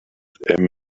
them